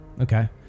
Okay